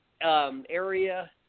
area